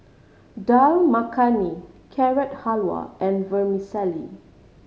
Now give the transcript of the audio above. Dal Makhani Carrot Halwa and Vermicelli